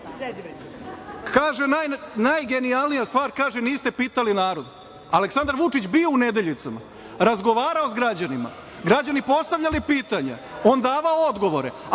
Kaže, najgenijalnija stvar, niste pitali narod, a Aleksandar Vučić bio u Nedeljicama, razgovarao sa građanima i građani postavljali pitanje, on davao odgovore,